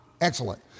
Excellent